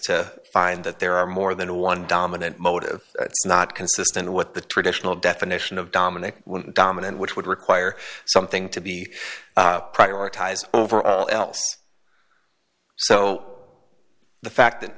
to find that there are more than one dominant motive not consistent with the traditional definition of dominate dominant which would require something to be prioritized over all else so the fact